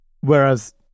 whereas